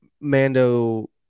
Mando